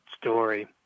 story